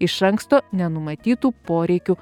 iš anksto nenumatytų poreikių